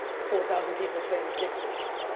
four thousand people say i'm a dick face.